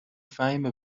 فهیمه